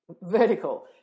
vertical